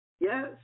Yes